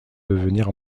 devenir